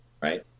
right